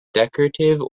decorative